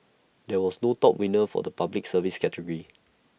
there was no top winner for the Public Service category